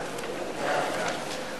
להעביר את הנושא לוועדת